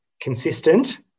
consistent